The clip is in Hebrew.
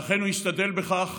ואכן הוא השתדל בכך,